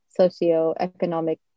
socioeconomic